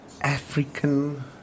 African